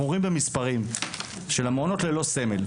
אנחנו רואים במספרים של המעונות ללא סמל,